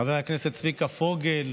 חבר הכנסת צביקה פוגל,